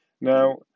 Now